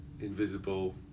Invisible